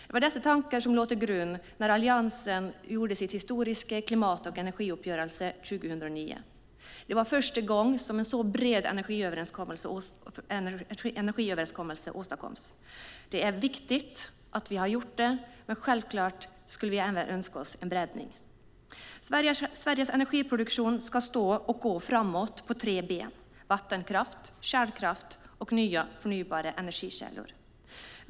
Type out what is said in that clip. Det var dessa tankar som låg till grund när Alliansen gjorde sin historiska klimat och energiuppgörelse 2009. Det var första gången som en sådan bred energiöverenskommelse åstadkoms. Det är viktigt att vi har gjort det, men självklart önskar vi oss en breddning. Sveriges energiproduktion kan stå och gå framåt på tre ben: vattenkraft, kärnkraft och nya förnybara energikällor.